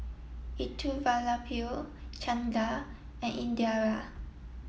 Elattuvalapil Chanda and Indira